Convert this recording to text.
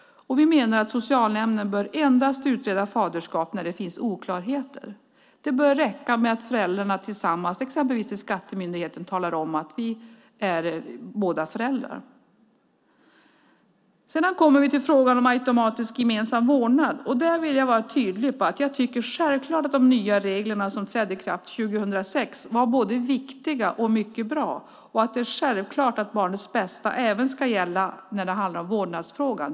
Vi menar att socialnämnden bör utreda faderskap endast om det finns oklarheter. Det bör räcka med att föräldrarna tillsammans, exempelvis till Skattemyndigheten, talar om att de båda är föräldrar. Sedan kommer vi till frågan om automatisk gemensam vårdnad. Där vill jag vara tydlig med att jag självklart tycker att de nya regler som trädde i kraft 2006 var både viktiga och bra. Det är självklart att barnets bästa ska gälla även när det handlar om vårdnadsfrågan.